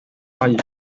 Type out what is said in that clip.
mariée